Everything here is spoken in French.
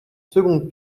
seconde